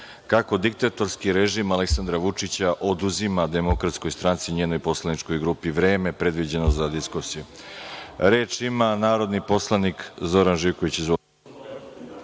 kako diktatorski režim Aleksandar Vučića oduzima DS i njenoj poslaničkoj grupi vreme predviđeno za diskusiju. Reč ima narodni poslanik Zoran Živković.